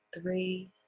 three